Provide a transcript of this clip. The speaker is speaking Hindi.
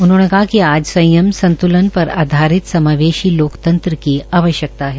उन्होंने कहा कि आज संयम संत्लन पर आधारित समावेशी लोकतंत्री की आवश्यकता है